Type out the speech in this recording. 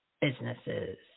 businesses